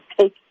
take